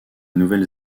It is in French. nouvelle